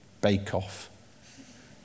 bake-off